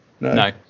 no